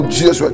Jesus